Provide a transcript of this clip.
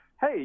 Hey